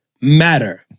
matter